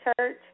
church